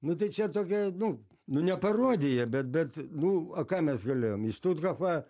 nu tai čia tokia nu nu ne parodija bet bet nu a ką mes galėjom į štuthofą